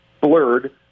blurred